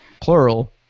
plural